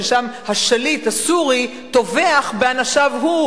ששם השליט הסורי טובח באנשיו שלו,